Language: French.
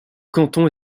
canton